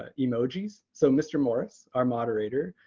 ah emojis. so mr. morris, our moderator,